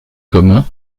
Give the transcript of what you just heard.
commun